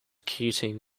keating